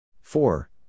Four